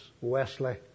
Wesley